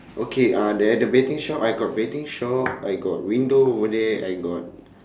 okay uh there at the betting shop I got betting shop I got window over there I got